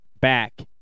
back